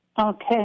Okay